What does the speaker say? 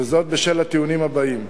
בשל הטיעונים הבאים: